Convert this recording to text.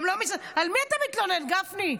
על מי אתה מתלונן, גפני?